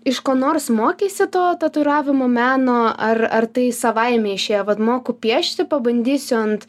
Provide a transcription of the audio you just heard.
iš ko nors mokeisi to tatuiravimo meno ar ar tai savaime išėjo vat moku piešti pabandysiu ant